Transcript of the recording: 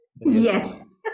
Yes